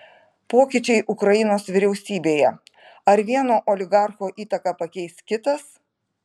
pokyčiai ukrainos vyriausybėje ar vieno oligarcho įtaką pakeis kitas